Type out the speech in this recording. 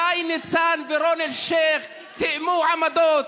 שי ניצן ורוני אלשיך תיאמו עמדות,